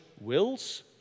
wills